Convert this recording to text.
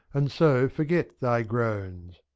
and so forget thy groans